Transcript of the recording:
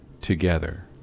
together